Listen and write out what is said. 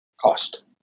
cost